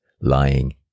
lying